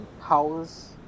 house